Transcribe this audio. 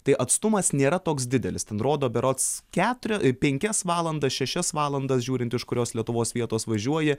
tai atstumas nėra toks didelis ten rodo berods keturia penkias valandas šešias valandas žiūrint iš kurios lietuvos vietos važiuoji